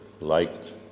liked